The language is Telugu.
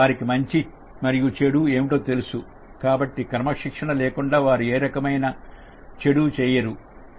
వారికి మంచి మరియు చెడు ఏమిటో తెలుసు కాబట్టి క్రమశిక్షణ లేకుండా వారు రు ఏ రకమైన చెడు చేయరు